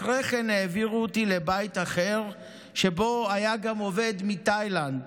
אחרי כן העבירו אותי לבית אחר שבו היה גם עובד מתאילנד,